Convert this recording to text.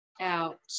out